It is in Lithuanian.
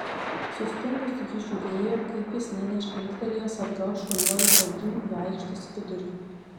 sustingusi ji žiūrėjo kaip jis nė nežvilgtelėjęs atgal šuoliuoja tolyn į aikštės vidurį